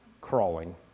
crawling